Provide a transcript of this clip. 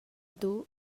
duh